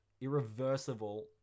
irreversible